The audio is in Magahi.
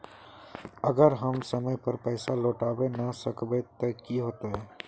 अगर हम समय पर पैसा लौटावे ना सकबे ते की होते?